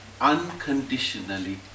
unconditionally